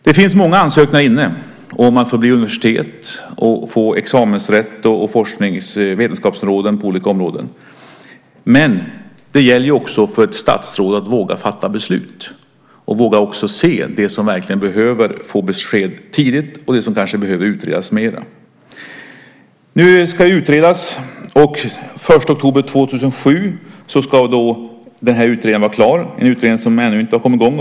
Det finns många ansökningar inne om att få bli universitet och få examensrätt och vetenskapsområden på olika områden. Men det gäller också för ett statsråd att våga fatta beslut och också våga se de som verkligen behöver få besked tidigt och de som kanske behöver utredas mer. Nu ska det utredas. Den 1 oktober 2007 ska utredningen vara klar. Det är en utredning som ännu inte har kommit i gång.